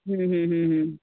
ਹਮ ਹਮ ਹਮ ਹਮ